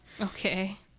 okay